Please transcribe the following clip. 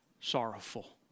sorrowful